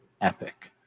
epic